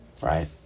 Right